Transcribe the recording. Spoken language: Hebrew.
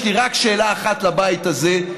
יש לי רק שאלה אחת לבית הזה: